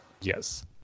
Yes